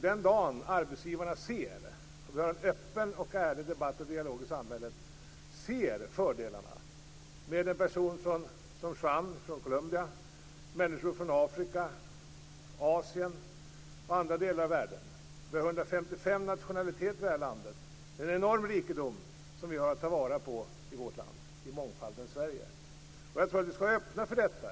Den dagen när vi har en öppen och ärlig debatt och dialog i samhället kommer arbetsgivarna se fördelarna med en person som Juan Fonseca från Colombia, människor från Afrika, Asien och andra delar av världen. Vi har 155 nationaliteter i det här landet. Det är en enorm rikedom som vi har att ta vara på i vårt land, i mångfaldens Sverige. Jag tror att vi skall vara öppna för detta.